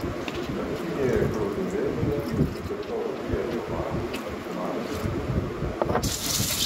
naktinėje krautuvėlėje nusipirkau lježo vaflių marsą ir kriaušę